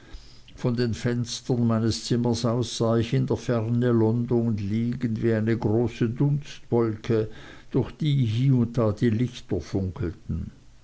von den fenstern meines zimmers aus sah ich in der ferne london liegen wie eine große dunstwolke durch die hie und da die lichter funkelten